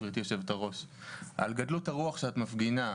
גברתי יושבת-הראש על גדלות הרוח שאת מפגינה.